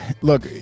look